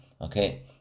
okay